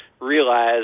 realize